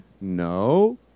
No